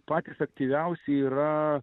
patys aktyviausi yra